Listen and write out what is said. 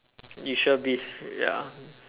you sure beef ya